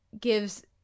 gives